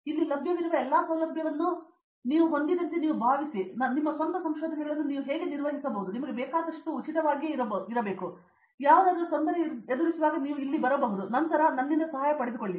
ಇಲ್ಲಿ ಲಭ್ಯವಿರುವ ಎಲ್ಲ ಸೌಲಭ್ಯಗಳನ್ನು ನೀವು ಹೊಂದಿದಂತೆಯೇ ನೀವು ಭಾವಿಸಿದರೆ ಮತ್ತು ನಿಮ್ಮ ಸ್ವಂತ ಸಂಶೋಧನೆಗಳನ್ನು ನೀವು ನಿರ್ವಹಿಸಬಹುದು ಮತ್ತು ನಿಮಗೆ ಬೇಕಾದಷ್ಟು ಉಚಿತವಾಗಿರಬೇಕು ಮತ್ತು ಯಾವುದಾದರೂ ತೊಂದರೆ ಎದುರಿಸುವಾಗ ನೀವು ಇಲ್ಲಿ ಬರಬಹುದು ಮತ್ತು ನಂತರ ನನ್ನಿಂದ ಸಹಾಯ ಪಡೆದುಕೊಳ್ಳಿ